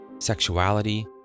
sexuality